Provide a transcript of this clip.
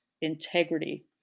integrity